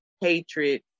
hatred